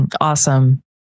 Awesome